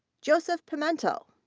joseph pimentel.